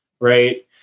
right